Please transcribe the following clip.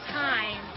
time